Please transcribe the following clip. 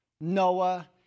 Noah